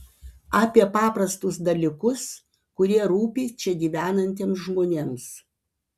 apie paprastus dalykus kurie rūpi čia gyvenantiems žmonėms